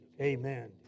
amen